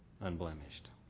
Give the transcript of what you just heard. unblemished